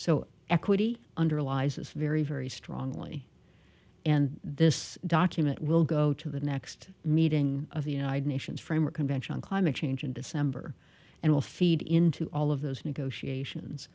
so equity underlies this very very strongly and this document will go to the next meeting of the united nations framework convention on climate change in december and will feed into all of those negotiations